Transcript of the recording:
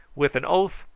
with an oath,